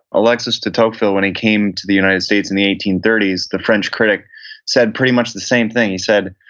alexis de tocqueville, when he came to the united states in the eighteen thirty s, the french critic said pretty much the same thing. he said,